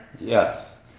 Yes